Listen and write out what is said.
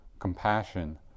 compassion